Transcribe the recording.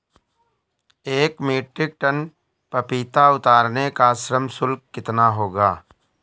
एक metric ton पपीता उतारने का श्रम शुल्क कितना होगा?